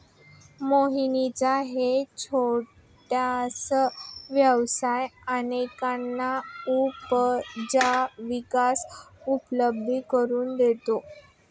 मोहनचा हा छोटासा व्यवसाय अनेकांना उपजीविका उपलब्ध करून देतो